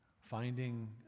finding